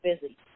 busy